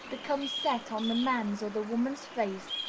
becomes set on the man's or the woman's face,